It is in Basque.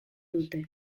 dute